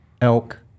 elk